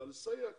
אבל לסייע כן.